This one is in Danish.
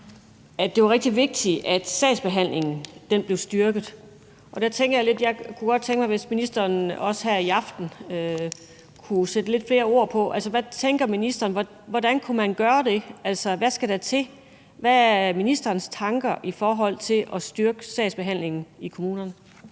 det var rigtig vigtigt, at sagsbehandlingen blev styrket. Der kunne jeg godt tænke mig, hvis ministeren også her i aften kunne sætte lidt flere ord på. Hvad tænker ministeren? Hvordan kunne man gøre det? Hvad skal der til? Hvad er ministerens tanker i forhold til at styrke sagsbehandlingen i kommunerne?